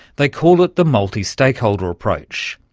they call it the multi-stakeholder approach.